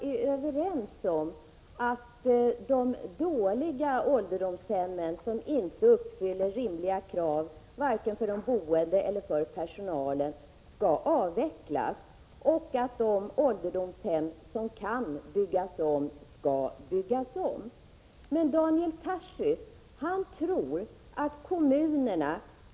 De skall vara garanterade en omvårdnad som är en förutsättning för studierna, och deras möjligheter får inte vara beroende av hemortskommunen.